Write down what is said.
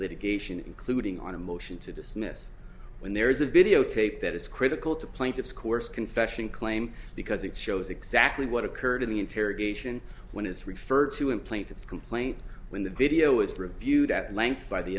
litigation including on a motion to dismiss when there is a videotape that is critical to plaintiff's coerced confession claim because it shows exactly what occurred in the interrogation when it's referred to in plaintiff's complaint when the video is reviewed at length by the